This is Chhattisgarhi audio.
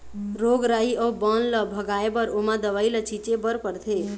रोग राई अउ बन ल भगाए बर ओमा दवई ल छिंचे बर परथे